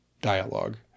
dialogue